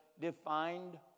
defined